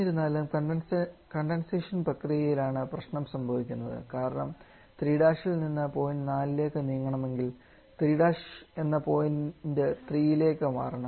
എന്നിരുന്നാലും കണ്ടെൻസേഷൻ പ്രക്രിയയിലാണ് പ്രശ്നം സംഭവിക്കുന്നത് കാരണം 3 ൽ നിന്ന് പോയിൻറ് 4 ലേക്ക് നീങ്ങണമെങ്കിൽ 3 എന്ന പോയിൻറ് 3 ലേക്ക് മാറണം